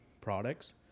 products